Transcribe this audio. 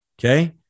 Okay